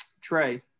Trey